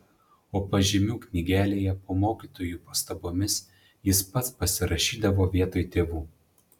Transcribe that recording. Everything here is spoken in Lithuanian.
o pažymių knygelėje po mokytojų pastabomis jis pats pasirašydavo vietoj tėvų